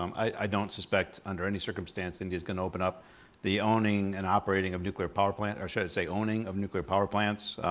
um i don't suspect, under any circumstance, india's gonna open up the owning and operating of nuclear power plants, or should i say owning of nuclear power plants.